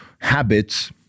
habits